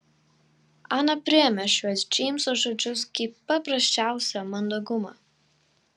ana priėmė šiuos džeimso žodžius kaip paprasčiausią mandagumą